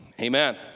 Amen